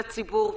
לציבור,